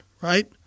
right